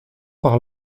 par